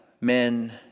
men